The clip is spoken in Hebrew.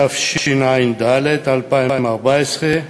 התשע"ד 2014,